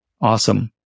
Awesome